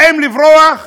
האם לברוח?